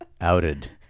outed